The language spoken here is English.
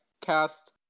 cast